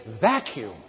vacuum